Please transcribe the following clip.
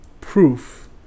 proof